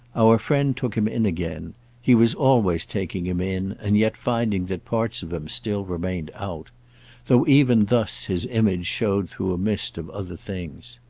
our friend took him in again he was always taking him in and yet finding that parts of him still remained out though even thus his image showed through a mist of other things.